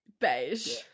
Beige